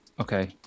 okay